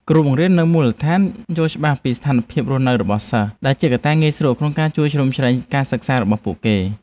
គ្រូបង្រៀននៅមូលដ្ឋានយល់ច្បាស់ពីស្ថានភាពរស់នៅរបស់សិស្ស ដែលជាកត្តាងាយស្រួលក្នុងការជួយជ្រោមជ្រែងការសិក្សារបស់ពួកគេ។